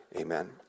amen